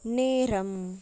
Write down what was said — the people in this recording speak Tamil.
நேரம்